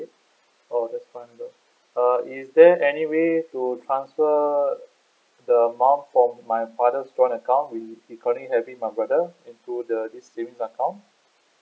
oh just five hundred err is there any way to transfer the amount from my father's joint account which he currently having with my brother into the this savings account